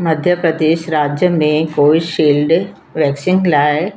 मध्य प्रदेश राज्य में Covishield vaccine लाइ